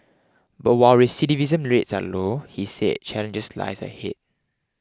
but while recidivism rates are low he said challenges lies ahead